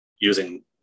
using